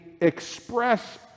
express